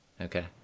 Okay